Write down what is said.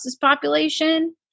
population